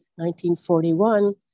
1941